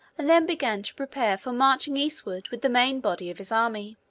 and then began to prepare for marching eastward with the main body of his army.